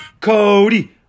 Cody